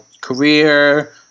career